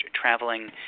traveling